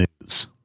news